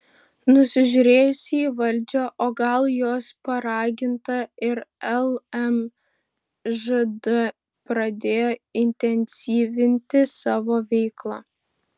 nusižiūrėjusi į valdžią o gal jos paraginta ir lmžd pradėjo intensyvinti savo veiklą